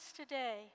today